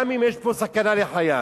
גם אם יש פה סכנה לחייו.